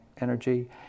energy